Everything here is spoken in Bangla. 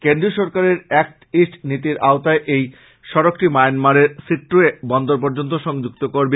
কেন্দ্রীয় সরকারের এ্যাক্ট ইস্ট নীতির আওতায় এই সড়কটি মায়ানমারের সিট্টওয়ে বন্দর পর্যন্ত সংযুক্ত করবে